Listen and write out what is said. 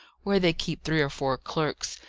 where they keep three or four clerks,